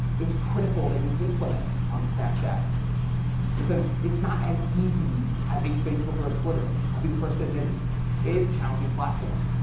it's critical that you implement on snapchat because it's not as easy as a facebook or a twitter. i'll be the first to admit it. it is a challenging platform,